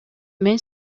мен